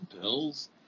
Bills